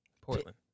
Portland